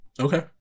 Okay